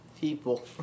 People